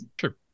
Sure